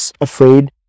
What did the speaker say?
afraid